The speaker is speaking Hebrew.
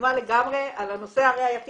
מסכימה לגמרי על הנושא הראייתי.